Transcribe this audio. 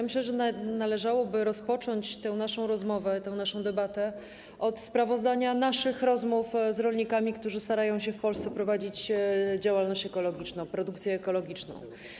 Myślę, że należałoby rozpocząć tę naszą rozmowę, tę naszą debatę od sprawozdania naszych rozmów z rolnikami, którzy starają się w Polsce prowadzić działalność ekologiczną, produkcję ekologiczną.